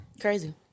Crazy